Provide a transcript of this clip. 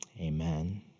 amen